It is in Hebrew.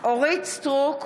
אורית מלכה סטרוק,